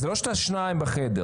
זה לא שאתה שניים בחדר.